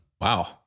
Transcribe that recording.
wow